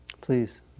Please